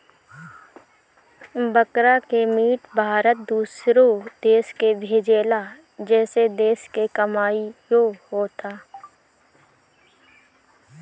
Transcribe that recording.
बकरा के मीट भारत दूसरो देश के भेजेला जेसे देश के कमाईओ होता